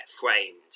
framed